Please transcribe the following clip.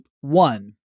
One